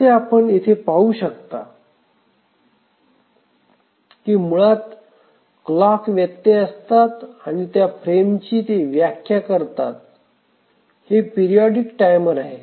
जसे आपण येथे पाहू शकता कि मुळात क्लॉक व्यत्यय असतात आणि त्या फ्रेमची ते व्याख्या करतात हे पिरिऑडिक टाइमर आहे